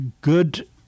good